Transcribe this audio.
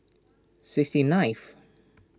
sixty ninth